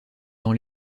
dans